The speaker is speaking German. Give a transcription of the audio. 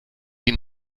die